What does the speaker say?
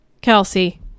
Kelsey